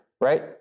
right